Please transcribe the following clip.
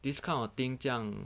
this kind of thing 这样